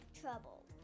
trouble